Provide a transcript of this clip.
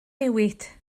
newid